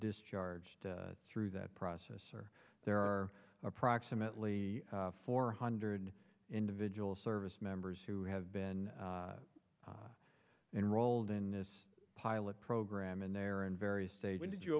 discharged through that process or there are approximately four hundred individual service members who have been enrolled in this pilot program in there and various say when did you